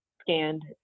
scanned